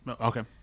Okay